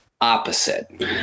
opposite